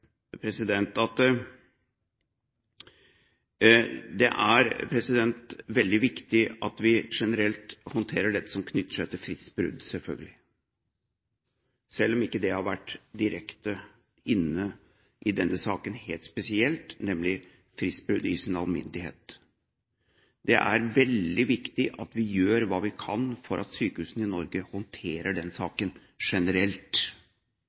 Det er selvfølgelig veldig viktig at vi generelt håndterer det som knytter seg til fristbrudd, selv om ikke det har vært direkte inne i denne saken helt spesielt, nemlig fristbrudd i sin alminnelighet. Det er veldig viktig at vi gjør hva vi kan for at sykehusene i Norge håndterer den saken generelt.